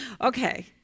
Okay